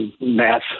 math